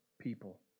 people